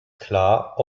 klar